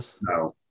no